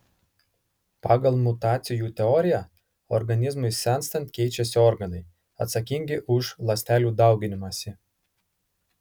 pagal mutacijų teoriją organizmui senstant keičiasi organai atsakingi už ląstelių dauginimąsi